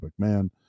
McMahon